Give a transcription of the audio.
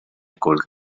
col